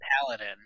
paladin